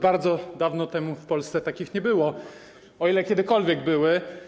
Bardzo dawno w Polsce takich nie było, o ile kiedykolwiek były.